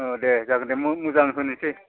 औ दे जागोन दे मोजां होनोसै